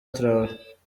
traore